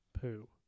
poo